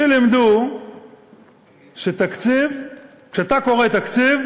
אותי לימדו שכשאתה קורא תקציב